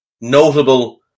Notable